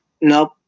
Nope